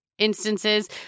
instances